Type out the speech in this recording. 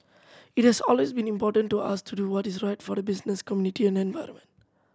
it has always been important to us to do what is right for the business community and environment